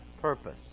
purpose